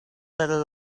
little